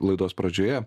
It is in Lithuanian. laidos pradžioje